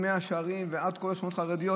ממאה שערים ועד כל השכונות החרדיות,